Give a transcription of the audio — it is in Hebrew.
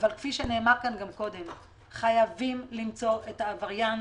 אבל כפי שנאמר כאן קודם, חייבים למצוא את העבריין